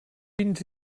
fins